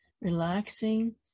relaxing